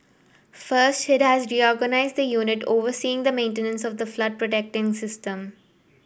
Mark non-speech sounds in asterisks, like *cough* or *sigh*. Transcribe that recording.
first it has reorganised the unit overseeing the maintenance of the flood *unintelligible* system